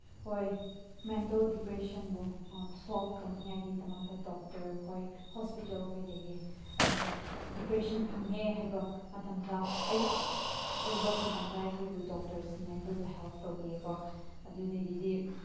ꯍꯣꯏ ꯃꯦꯟꯇꯜ ꯗꯤꯄ꯭ꯔꯦꯁꯟꯕꯨ ꯁꯣꯜꯐ ꯇꯧꯅꯤꯡꯉꯥꯏꯒꯤꯗꯃꯛꯇ ꯗꯣꯛꯇꯔꯈꯣꯏ ꯍꯣꯁꯄꯤꯇꯥꯜꯈꯣꯏ ꯂꯩꯌꯦ ꯑꯩꯅ ꯗꯤꯄ꯭ꯔꯦꯁꯟ ꯐꯪꯉꯦ ꯍꯥꯏꯕ ꯃꯇꯝꯗ ꯑꯩ ꯑꯣꯏꯕ ꯃꯇꯝꯗ ꯑꯩꯈꯣꯏꯕꯨ ꯗꯣꯛꯇꯔꯁꯤꯡꯅ ꯑꯩꯈꯣꯏꯕꯨ ꯍꯦꯜꯞ ꯇꯧꯕꯤꯌꯦ ꯀꯣ ꯑꯗꯨꯗꯒꯤꯗꯤ